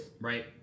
Right